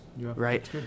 right